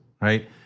right